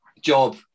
job